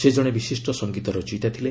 ସେ ଜଣେ ବିଶିଷ୍ଟ ସଙ୍ଗୀତ ରଚୟିତା ଥିଲେ